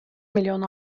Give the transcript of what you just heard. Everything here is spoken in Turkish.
milyon